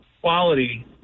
quality